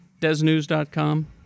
DesNews.com